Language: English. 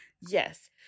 yes